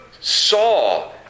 saw